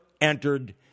entered